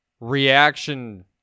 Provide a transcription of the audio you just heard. Reaction